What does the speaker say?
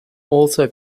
also